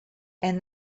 and